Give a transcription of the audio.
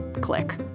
click